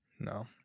No